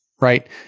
Right